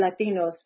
Latinos